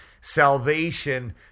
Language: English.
salvation